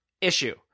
issue